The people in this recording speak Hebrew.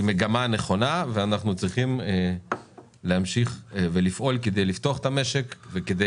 היא מגמה נכונה ואנחנו צריכים להמשיך ולפעול כדי לפתוח את המשק וכדי